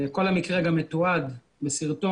כל המקרה גם מתועד בסרטון.